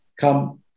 come